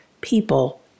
people